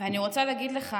אני רוצה להגיד לך